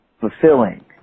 fulfilling